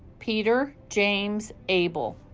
peter james abell